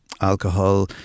alcohol